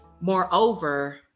Moreover